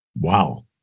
Wow